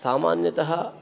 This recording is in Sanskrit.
सामान्यतः